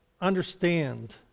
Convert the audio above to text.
understand